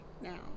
now